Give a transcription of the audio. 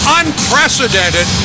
unprecedented